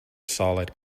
solid